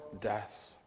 death